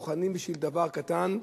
מוכנים בשביל דבר קטן,